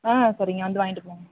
ஆ சரிங்க வந்து வாங்கிட்டு போங்க